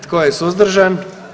Tko je suzdržan?